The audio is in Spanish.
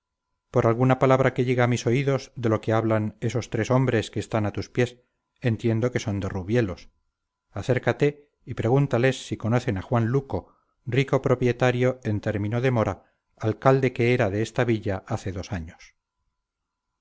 por alguna palabra que llega a mis oídos de lo que hablan esos tres hombres que están a tus pies entiendo que son de rubielos acércate y pregúntales si conocen a juan luco rico propietario en término de mora alcalde que era de esta villa hace dos años